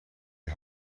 die